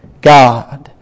God